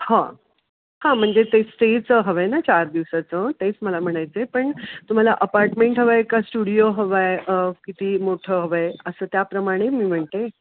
हां हां म्हणजे ते स्टेचं हवं आहे ना चार दिवसाचं तेच मला म्हणायचं आहे पण तुम्हाला अपार्टमेंट हवं आहे का स्टुडिओ हवा आहे किती मोठं हवं आहे असं त्याप्रमाणे मी म्हणते